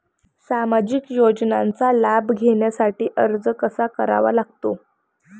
सामाजिक योजनांचा लाभ घेण्यासाठी अर्ज कसा करावा लागतो?